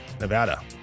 Nevada